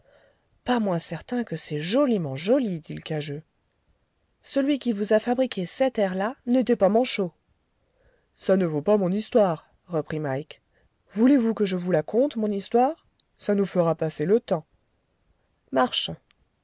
pas pas moins certain que c'est joliment joli dit le l'cageux celui qui vous a fabriqué cet air-là n'était pas manchot ça ne vaut pas mon histoire reprit mike voulez-vous que je vous la conte mon histoire ça nous fera passer le temps marche